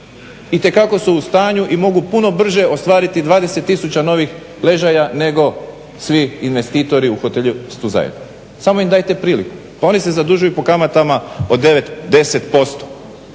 Itekako su u stanju i mogu puno brže ostvariti 20 000 novih ležaja, nego svi investitori u hotelijerstvu zajedno, samo im dajte priliku. Pa oni se zadužuju po kamata od 9, 10%,